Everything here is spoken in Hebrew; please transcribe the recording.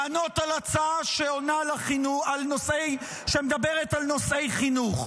לענות על הצעה שמדברת על נושאי חינוך.